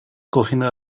cogiendo